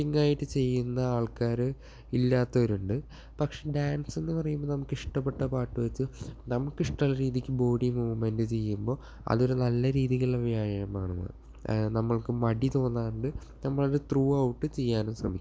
ടിങ്ങായിട്ട് ചെയ്യുന്ന ആൾക്കാർ ഇല്ലാത്തവരുണ്ട് പക്ഷേ ഡാൻസെന്നു പറയുമ്പോൾ നമുക്കിഷ്ടപ്പെട്ട പാട്ട് വെച്ച് നമുക്കിഷ്ടമുള്ള രീതിക്ക് ബോഡി മൂവ്മെൻറ്റ് ചെയ്യുമ്പോൾ അതൊരു നല്ല രീതിക്കുള്ള വ്യായാമമാണ് നമ്മൾക്ക് മടി തോന്നാണ്ട് നമ്മളത് ത്രൂ ഔട്ട് ചെയ്യാനും ശ്രമിക്കും